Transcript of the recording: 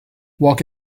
walk